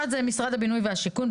משרד הבינוי ושיכון,